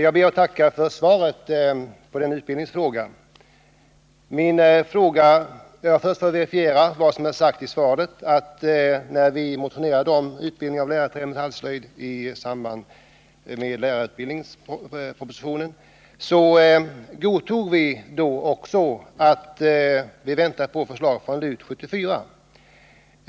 Herr talman! Jag ber att få tacka för svaret på min fråga. När vi motionerade om utbildning av lärare i träoch metallslöjd i samband med lärarutbildningspropositionen, godtog vi också att man skulle vänta på förslaget från LUT 74.